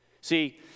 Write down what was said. See